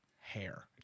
hair